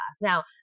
Now